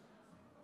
56, אין נמנעים.